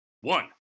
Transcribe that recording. One